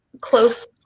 close